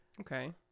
okay